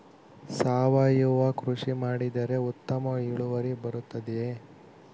ಸಾವಯುವ ಕೃಷಿ ಮಾಡಿದರೆ ಉತ್ತಮ ಇಳುವರಿ ಬರುತ್ತದೆಯೇ?